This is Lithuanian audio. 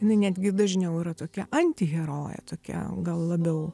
jinai netgi dažniau yra tokia antiherojė tokia gal labiau